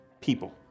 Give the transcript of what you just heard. people